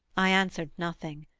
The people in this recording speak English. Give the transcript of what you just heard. i answered nothing,